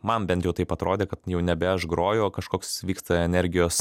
man bent jau taip atrodė kad jau nebe aš groju o kažkoks vyksta energijos